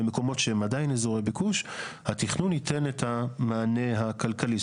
במקומות שהם עדיין אזורי ביקוש התכנון ייתן את המענה הכלכלי,